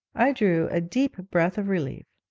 i drew a deep breath of relief.